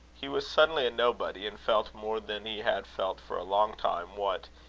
he was suddenly a nobody, and felt more than he had felt for a long time what,